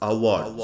Award